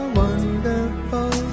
wonderful